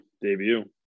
debut